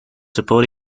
support